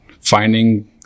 finding